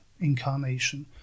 incarnation